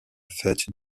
fête